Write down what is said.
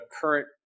current